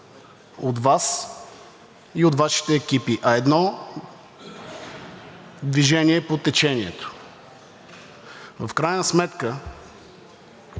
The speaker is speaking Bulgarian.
от Вас и от Вашите екипи, а едно движение по течението. В крайна сметка